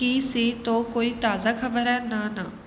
ਕੀ ਸੀ ਤੋਂ ਕੋਈ ਤਾਜ਼ਾ ਖਬਰ ਹੈ ਨਾ ਨਾ